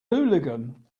hooligan